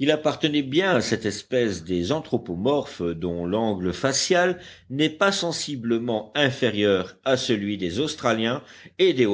il appartenait bien à cette espèce des anthropomorphes dont l'angle facial n'est pas sensiblement inférieur à celui des australiens et des